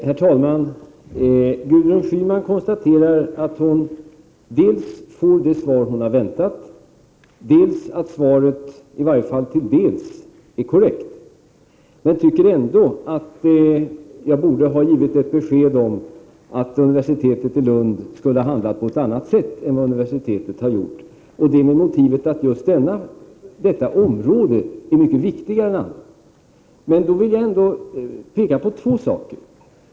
Herr talman! Gudrun Schyman konstaterade dels att hon fick det svar som hon hade väntat, dels att svaret i varje fall delvis var korrekt. Hon tycker ändå att jag borde ha givit ett besked att universitetet i Lund borde ha handlat på annat sätt än vad det har gjort, med motivet att just detta område är mycket viktigare än andra. Jag vill då påpeka två saker.